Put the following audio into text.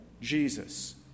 Jesus